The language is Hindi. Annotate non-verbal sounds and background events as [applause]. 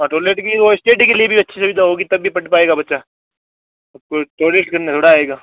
और टोलेट की वो [unintelligible] के लिए भी अच्छी सुविधा होगी तभी पढ़ पाएगा बच्चा अब कोई टोलेट करने थोड़ा आएगा